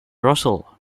russell